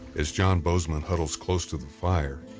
as john bozeman huddles close to the fire,